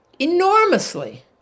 enormously